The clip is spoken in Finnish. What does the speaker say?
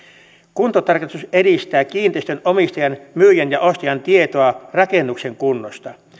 kuntotarkastus edistää kiinteistön omistajan myyjän ja ostajan tietoa rakennuksen kunnosta